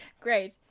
Great